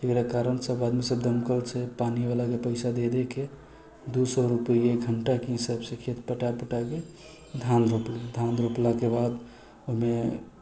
एकरा कारण सभ आदमी सभ दमकलसँ पानि बलाके पैसा दे देके दू सय रुपैआ घण्टाके हिसाबसँ खेत पटा पटाके धान रोपलक धान रोपलाके बाद ओहिमे